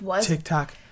TikTok